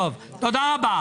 טוב, תודה רבה.